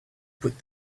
put